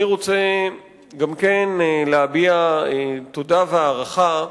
אני רוצה גם להביע תודה והערכה.